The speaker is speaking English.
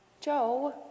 Joe